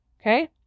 Okay